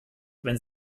wenn